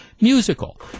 musical